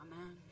amen